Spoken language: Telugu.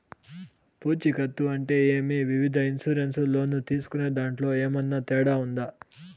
పూచికత్తు అంటే ఏమి? వివిధ ఇన్సూరెన్సు లోను తీసుకునేదాంట్లో ఏమన్నా తేడా ఉందా?